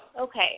Okay